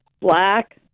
Black